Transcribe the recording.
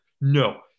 No